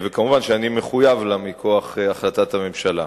ומובן שאני מחויב לה מכוח החלטת הממשלה.